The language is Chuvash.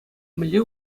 мӗнле